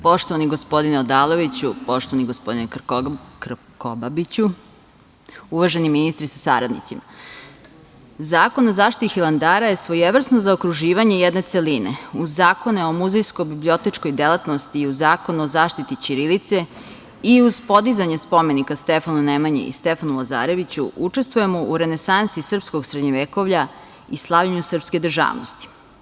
Poštovani gospodine Odaloviću, poštovani gospodine Krkobabiću, uvaženi ministri sa saradnicima, Zakon o zaštiti Hilandara je svojevrsno zaokruživanje jedne celine uz Zakon o muzejsko-bibliotečkoj delatnosti i Zakon o zaštiti ćirilice i uz podizanje Spomenika Stefanu Nemanji i Stefanu Lazareviću učestvujemo u renesansi srpskog srednjovekovlja i slavljenju srpske državnosti.